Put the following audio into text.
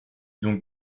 donc